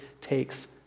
takes